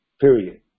period